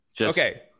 Okay